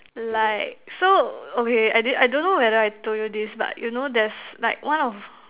like so okay I didn't I don't know whether I told you this but you know there's like one of